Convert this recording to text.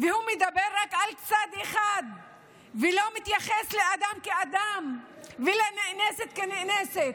והוא מדבר רק על צד אחד ולא מתייחס לאדם כאדם ולנאנסת כנאנסת,